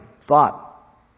thought